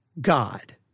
God